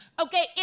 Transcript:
Okay